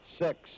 Six